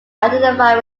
identified